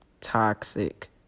toxic